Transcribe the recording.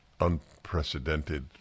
unprecedented